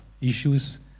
issues